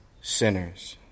Sinners